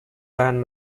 bahan